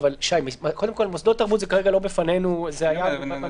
מוסדות תרבות זה לא בפנינו כרגע.